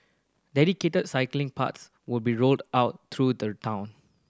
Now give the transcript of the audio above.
dedicated cycling path would be rolled out through the town